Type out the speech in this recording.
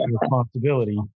responsibility